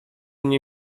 nie